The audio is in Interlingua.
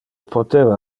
poteva